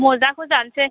मजाखौ जानसै